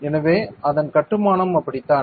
எனவே அதன் கட்டுமானம் அப்படித்தான்